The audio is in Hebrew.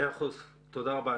תודה רבה.